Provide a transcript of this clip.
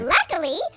Luckily